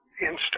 instant